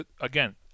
again